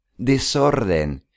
Desorden